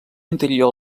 interior